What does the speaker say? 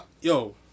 yo